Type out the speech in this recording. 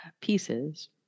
pieces